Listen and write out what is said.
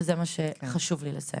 ועם זה חשוב לי לסיים.